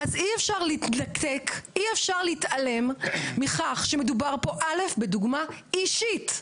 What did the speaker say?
אז אי אפשר להתנתק ולהתעלם בכך שמדובר פה קודם כל בדוגמה אישית,